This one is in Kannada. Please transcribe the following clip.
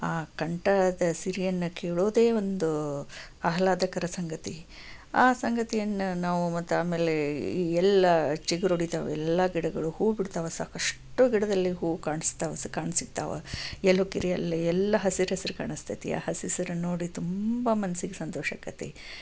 ಆ ಕಂಠದ ಸಿರಿಯನ್ನು ಕೇಳೋದೇ ಒಂದು ಆಹ್ಲಾದಕರ ಸಂಗತಿ ಆ ಸಂಗತಿಯನ್ನು ನಾವು ಮತ್ತು ಆಮೇಲೆ ಎಲ್ಲ ಚಿಗುರೊಡಿತಾವ ಎಲ್ಲ ಗಿಡಗಳು ಹೂವು ಬಿಡ್ತಾವ ಸಾಕಷ್ಟು ಗಿಡದಲ್ಲಿ ಹೂವು ಕಾಣಿಸ್ತಾವ ಕಾಣಸಿಕ್ತಾವ ಎಲ್ಲೂ ಎಲ್ಲ ಹಸಿರಸಿರು ಕಾಣಿಸ್ತೈತಿ ಆ ಹಸಿರನ್ನ ನೋಡಿ ತುಂಬ ಮನಸ್ಸಿಗೆ ಸಂತೋಷಾಕ್ತೈತಿ